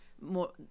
more